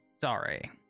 Sorry